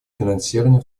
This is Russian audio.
финансирования